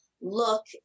look